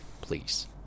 please